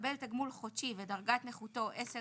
המקבל תגמול חודשי ודרגת נכותו 10-19